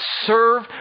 serve